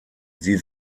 sie